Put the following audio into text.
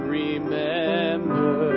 remember